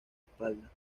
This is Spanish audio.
espalda